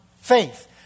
faith